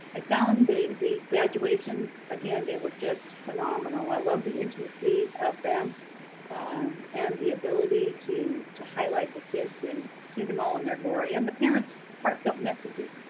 i found the graduations, again, they were just phenomenal. i love the intimacy of them um and the ability to to highlight the kids and see them all in their glory and the parent's heartfelt messages.